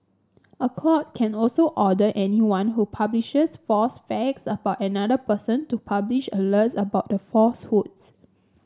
a court can also order anyone who publishes false facts about another person to publish alerts about the falsehoods